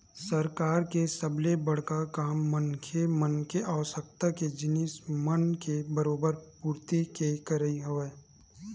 सरकार के सबले बड़का काम मनखे मन के आवश्यकता के जिनिस मन के बरोबर पूरति के करई हवय